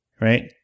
Right